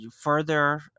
further